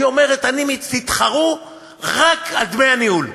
היא אומרת: תתחרו רק על דמי הניהול.